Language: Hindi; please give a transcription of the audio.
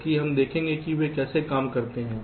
इसलिए हम देखेंगे कि वे कैसे काम करते हैं